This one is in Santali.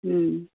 ᱦᱮᱸ